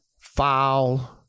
foul